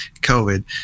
covid